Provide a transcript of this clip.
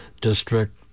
district